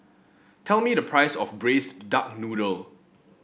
tell me the price of Braised Duck Noodle